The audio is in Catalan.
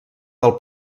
del